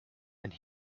and